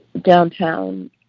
downtown